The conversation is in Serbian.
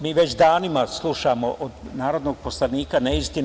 Mi već danima slušamo od narodnog poslanika neistine.